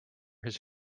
his